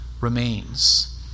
remains